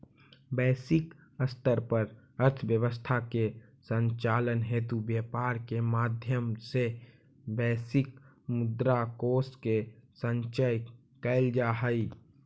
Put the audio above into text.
वैश्विक स्तर पर अर्थव्यवस्था के संचालन हेतु व्यापार के माध्यम से वैश्विक मुद्रा कोष के संचय कैल जा हइ